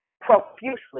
profusely